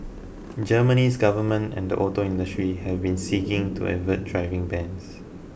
Germany's government and the auto industry have been seeking to avert driving bans